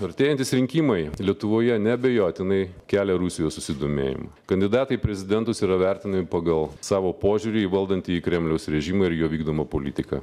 artėjantys rinkimai lietuvoje neabejotinai kelia rusijos susidomėjim kandidatai į prezidentus yra vertinami pagal savo požiūrį į valdantįjį kremliaus režimą ir jo vykdomą politiką